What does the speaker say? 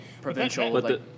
provincial